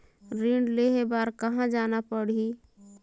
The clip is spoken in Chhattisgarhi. ऋण लेहे बार कहा जाना पड़ही?